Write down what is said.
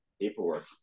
Paperwork